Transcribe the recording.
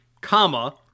comma